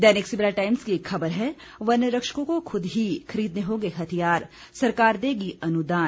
दैनिक Savera times की एक खबर है वनरक्षकों को खुद ही खरीदने होंगे हथियार सरकार देगी अनुदान